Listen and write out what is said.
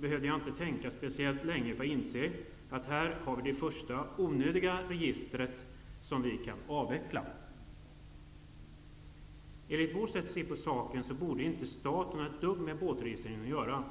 behövde jag inte tänka speciellt länge för att inse att vi här hade det första onödiga registret som vi kunde avveckla. Enligt vårt sätt att se på saken borde inte staten ha ett dugg med båtregistrering att göra.